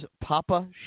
Papa